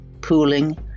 pooling